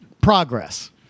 progress